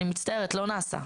אני מצטערת לא נעשה.